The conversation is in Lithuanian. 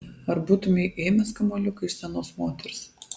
ar būtumei ėmęs kamuoliuką iš senos moters